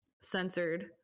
censored